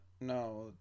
no